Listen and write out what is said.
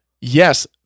yes